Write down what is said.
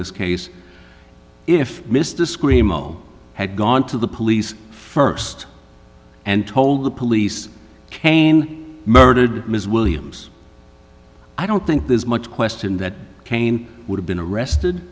this case if mr screamo had gone to the police first and told the police cain murdered ms williams i don't think there's much question that cain would have been arrested